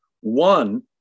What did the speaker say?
One